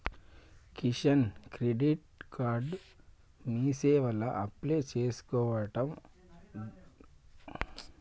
Kisan credit card మీసేవల apply చేసుకోవచ్చట గదరా కిషోర్ రేపు మీసేవకు పోయి అప్లై చెద్దాంరా